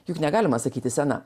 juk negalima sakyti sena